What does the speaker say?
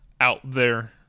out-there